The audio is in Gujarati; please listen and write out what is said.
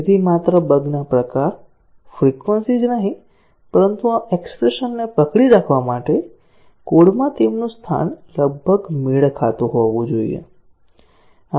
તેથી માત્ર બગ ના પ્રકાર ફ્રિકવન્સી જ નહીં પરંતુ આ એક્ષ્પ્રેશન ને પકડી રાખવા માટે કોડમાં તેમનું સ્થાન લગભગ મેળ ખાતું હોવું જોઈએ